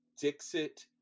Dixit